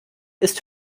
ist